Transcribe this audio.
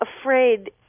afraid